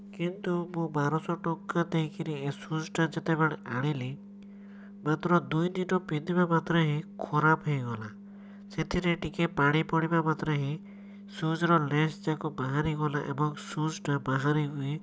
କିନ୍ତୁ ମୁଁ ବାରଶହ ଟଙ୍କା ଦେଇକିରି ଏ ସୁଜ୍ଟା ଯେତେବେଳେ ଆଣିଲି ମାତ୍ର ଦୁଇ ଦିନ ପିନ୍ଧିବା ମାତ୍ରେ ହିଁ ଖରାପ ହେଇଗଲା ସେଥିରେ ଟିକେ ପାଣି ପଡ଼ିବା ମାତ୍ରେ ହିଁ ସୁଜ୍ର ଲେସ୍ ଯାକ ବାହାରିଗଲା ଏବଂ ସୁଜ୍ଟା ବାହାରିକି